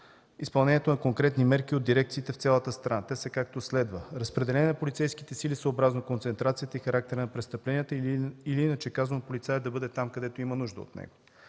изпълнението на конкретни мерки от дирекциите в цялата страна. Те са както следва: разпределение на полицейските сили, съобразно концентрацията и характера на престъпленията, или иначе казано полицаят да бъде там, където има нужда от него;